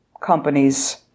companies